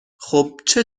خوبچه